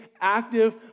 active